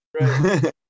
Right